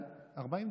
40 דקות,